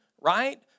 right